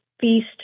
feast